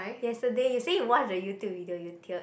yesterday you say you watched the YouTube video you teared